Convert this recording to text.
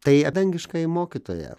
tai dangiškąjį mokytoją